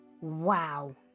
Wow